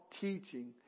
teaching